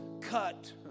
cut